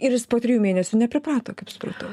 ir jis po trijų mėnesių nepriprato kaip supratau